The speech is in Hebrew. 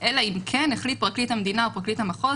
אלא אם כן החליט פרקליט המדינה או פרקליט המחוז